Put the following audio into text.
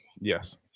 Yes